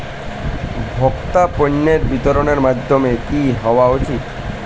ভোক্তা পণ্যের বিতরণের মাধ্যম কী হওয়া উচিৎ?